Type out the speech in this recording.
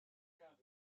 kind